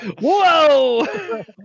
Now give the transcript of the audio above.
whoa